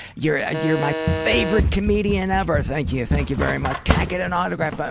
you're ah you're my favorite comedian ever! thank you, thank you very much. can i get an autograph? ah